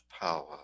power